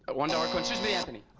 one dollar coin. susan b. anthony.